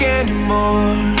anymore